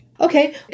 Okay